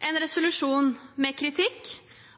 en resolusjon med kritikk